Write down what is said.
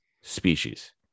species